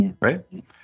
right